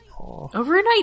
Overnight